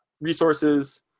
resources